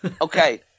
Okay